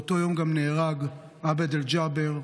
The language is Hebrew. באותו יום נהרג גם עבד אל-ג'אבר,